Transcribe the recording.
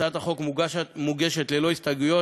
הצעת החוק מוגשת ללא הסתייגויות,